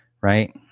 right